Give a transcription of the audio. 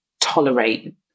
tolerate